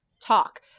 talk